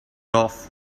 off